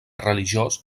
religiós